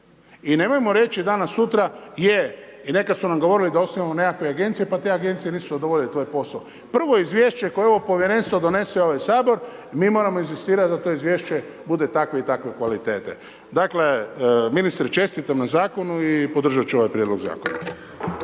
i nemojmo reći danas-sutra, je, i nekad su nam govorili da osnujemo nekakve agencije, pa te agencije nisu .../Govornik se ne razumije./... posao. Prvo izvješće koje ovo Povjerenstvo donese u ovaj Sabor, mi moramo inzistirati da to izvješće bude takve i takve kvalitete. Dakle, ministre čestitam na Zakonu i podržat ću ovaj Prijedlog Zakona.